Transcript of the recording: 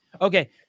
okay